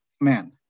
man